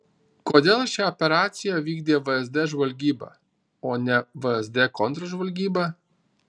kodėl šią operaciją vykdė vsd žvalgyba o ne vsd kontržvalgyba